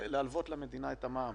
ואת זה שלא שנוי במחלוקת גביתם?